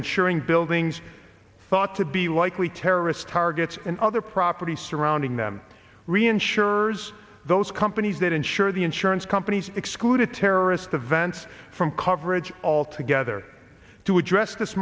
insuring buildings thought to be likely terrorist targets and other property surrounding them reinsurers those companies that insure the insurance companies excluded terrorist events from coverage altogether to address this